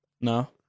No